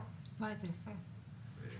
מנהל